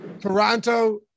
Toronto